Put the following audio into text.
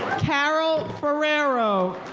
karol korero.